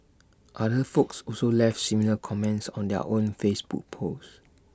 other folks also left similar comments on their own Facebook post